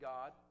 God